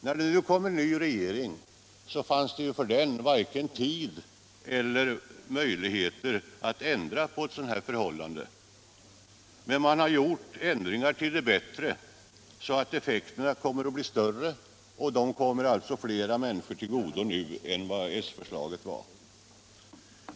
När det nu kom en ny regering fanns det inte möjligheter att ändra på ett sådant här förhållande omedelbart, men man har gjort ändringar till det bättre, så att effekterna blir större och kommer fler människor till godo med detta förslag än med s-förslaget.